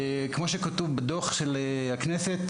כמו שכתוב בדו״ח של הכנסת,